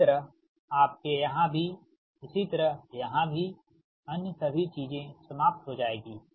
इसी तरह आपके यहाँ भी इसी तरह यहाँ भी अन्य सभी चीजें समाप्त हो जाएगी